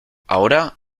ahora